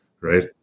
right